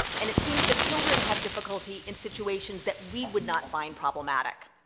and it seems that children have difficulty in situations that we would not find problematic.